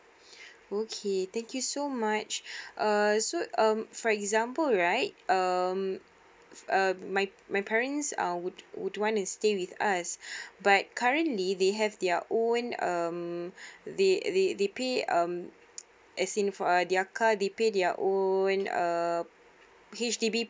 okay thank you so much err so um for example right um uh my my parents uh would would want to stay with us but currently they have their own um they they pay um as in for their car they pay their own uh H_D_B